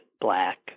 black